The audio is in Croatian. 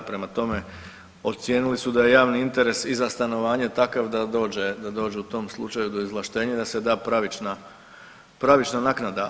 Prema tome, ocijenili su da je javni interes i za stanovanje takav da dođe, da dođe u tom slučaju do izvlaštenja da se da pravična, pravična naknada.